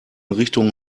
richtung